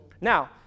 Now